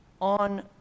on